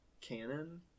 canon